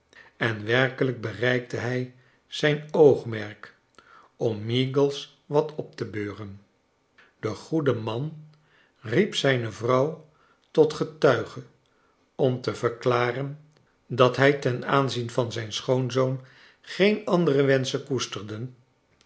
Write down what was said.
en werkelijk bereikte hij zijn oogmerk om meagles wat op te beuren de goede man riep zijne vrouw tot getuige om te verklaren dat hij ten aanzien van zijn schoonzoon geen andere wenschen koesterde